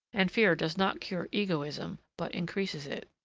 and fear does not cure egoism, but increases it.